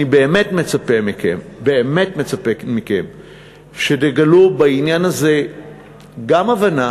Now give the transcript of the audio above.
אני באמת מצפה מכם שתגלו בעניין הזה גם הבנה